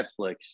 netflix